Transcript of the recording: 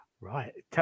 Right